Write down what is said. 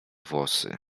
włosy